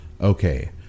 Okay